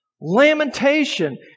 Lamentation